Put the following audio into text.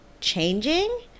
changing